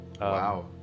Wow